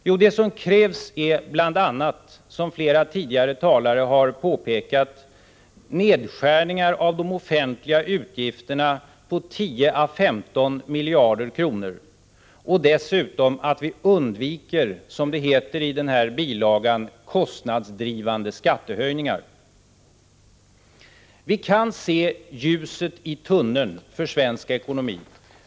Jo, det som krävs är bl.a. — som flera talare tidigare har påpekat — nedskärningar av de offentliga utgifterna på 10 å 15 miljarder kronor och att vi dessutom, som det heter i den här bilagan, undviker kostnadsdrivande skattehöjningar. Vi kan se ljuset i tunneln för svensk ekonomi.